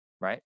right